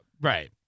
Right